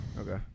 Okay